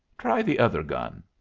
try the other gun.